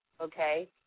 okay